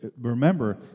Remember